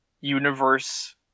universe